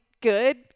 good